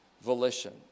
volition